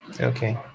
okay